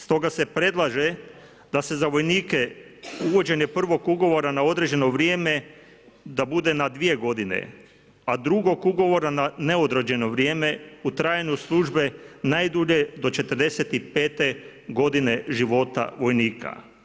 Stoga se predlaže da se za vojnike uvođenje prvog ugovora na određeno vrijeme, da bude na dvije godine, a drugog ugovora na neodređeno vrijeme u trajanju službe najdulje do 45. godine života vojnika.